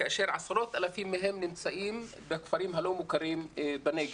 כאשר עשרות אלפים מהם נמצאים בכפרים הלא מוכרים בנגב.